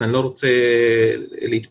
אני לא רוצה להתפתות.